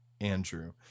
Andrew